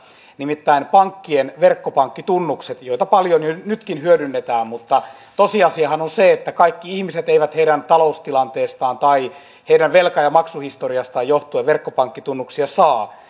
nimittäin pankkien verkkopankkitunnukset joita paljon jo nytkin hyödynnetään mutta tosiasiahan on on se että kaikki ihmiset eivät taloustilanteestaan tai velka ja maksuhistoriastaan johtuen verkkopankkitunnuksia saa